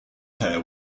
pair